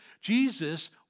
Jesus